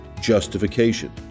justification